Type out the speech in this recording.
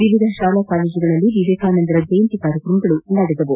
ವಿವಿಧ ಶಾಲಾ ಕಾಲೇಜುಗಳಲ್ಲಿ ವೇಕಾನಂದರ ಜಯಂತಿ ಕಾರ್ಕಕ್ರಮಗಳು ನಡೆದವು